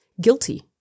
guilty